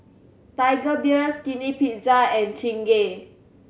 Tiger Beer Skinny Pizza and Chingay